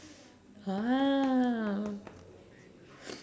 ah